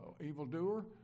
evildoer